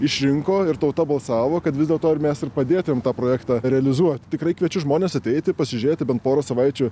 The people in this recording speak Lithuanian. išrinko ir tauta balsavo kad vis dėlto ir mes ir padėtumėm tą projektą realizuoti tikrai kviečiu žmones ateiti pasižiūrėti bent porą savaičių